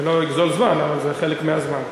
זה לא יגזול זמן, זה חלק מהזמן.